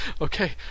okay